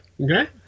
Okay